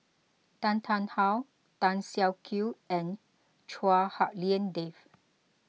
Tan Tarn How Tan Siak Kew and Chua Hak Lien Dave